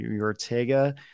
Ortega